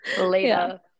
Later